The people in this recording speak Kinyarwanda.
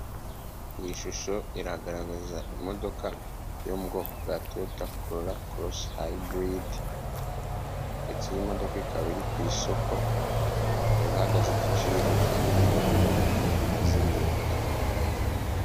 Iyi shusho iragaragaza imodoka yo mu bwoko bwa toyota kororao korosi hiybrid ndetse y'imodoka ikaba iri ku isoko ika ihagaze igiciro cya miliyoni mirongo itatu na zirindwi.